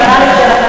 חבר הכנסת ריבלין,